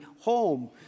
home